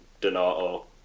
Donato